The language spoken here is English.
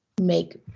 make